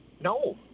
No